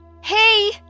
Hey